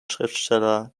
schriftsteller